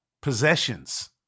possessions